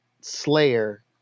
Slayer